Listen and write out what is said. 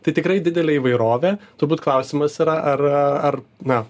tai tikrai didelė įvairovė turbūt klausimas yra ar ar na